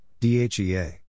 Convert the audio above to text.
DHEA